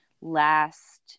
last